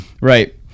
Right